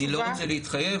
אני לא רוצה להתחייב,